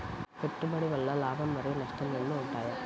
పెట్టుబడి వల్ల లాభం మరియు నష్టం రెండు ఉంటాయా?